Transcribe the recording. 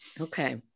Okay